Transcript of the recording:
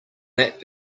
that